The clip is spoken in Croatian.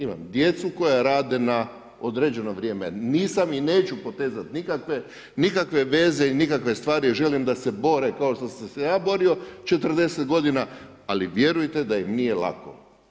Imam djecu koja rade na određeno vrijeme, nisam ni neću potezat nikakve veze i nikakve stvar, jer želim da se bore kao što sam se ja borio 40 godina, ali vjerujte da im nije lako.